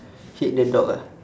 hit the dog ah